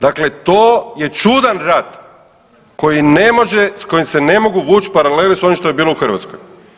Dakle, to je čudan rat koji ne može s kojim se ne mogu vuć paralele s onim što je bilo u Hrvatskoj.